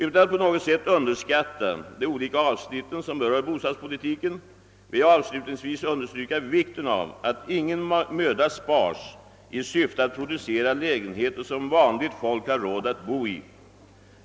Utan att på något sätt underskatta de olika avsnitt som rör bostadspolitiken vill jag avslutningsvis understryka vikten av att ingen möda spars i syfte att producera lägenheter som vanligt folk har råd att bo i.